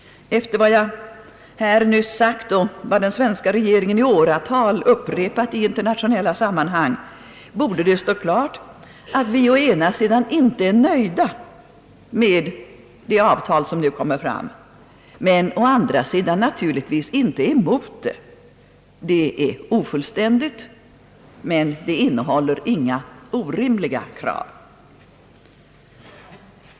Efter vad jag nyss sagt här och den svenska regeringen i åratal upprepat i internationella sammanhang borde det stå klart, att vi å ena sidan inte är nöjda med det kommande avtalet men å andra sidan naturligtvis inte är emot det. Det är ofullständigt men innehåller inga orimliga krav.